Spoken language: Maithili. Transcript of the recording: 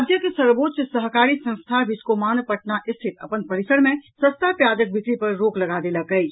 राज्यक सर्वोच्च सहकारी संस्था बिस्कोमान पटना स्थित अपन परिसर मे सस्ता प्याजक बिक्री पर रोक लगा देलक अछि